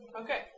Okay